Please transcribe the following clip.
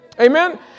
Amen